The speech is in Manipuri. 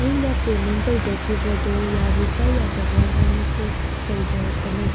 ꯑꯗꯨꯅ ꯄꯦꯃꯦꯟ ꯇꯧꯖꯈꯤꯕꯗꯣ ꯌꯥꯔꯤꯕ꯭꯭ꯔꯥ ꯌꯥꯗꯕ꯭꯭ꯔꯥ ꯍꯥꯏꯅ ꯆꯦꯛ ꯇꯧꯖꯔꯛꯄꯅꯦ